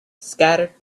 scattered